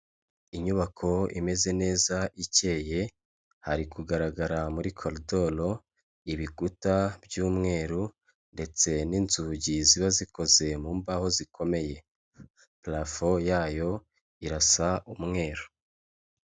Inyubako imeze neza ikeye, hari kugaragara muri korodoro, ibikuta by'umweru, ndetse n'inzugi ziba zikoze mu mbaho zikomeye, parafo y'ayo irasa umweru.